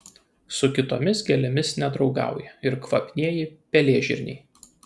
su kitomis gėlėmis nedraugauja ir kvapnieji pelėžirniai